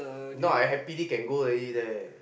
now I happily can go already leh